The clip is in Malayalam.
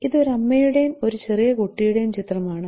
ഇത് ഒരു അമ്മയുടെയും ഒരു ചെറിയ കുട്ടിയുടെയും ചിത്രമാണ്